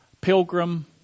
Pilgrim